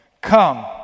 come